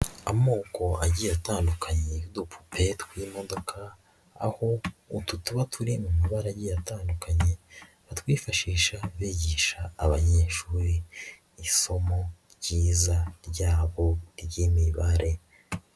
Amoko agiye atandukanye y'udupupe tw'imodoka, aho utu tuba turi mu mabara atandukanye batwifashisha bigisha abanyeshuri isomo ryiza ryabo ry'imibare.